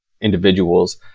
individuals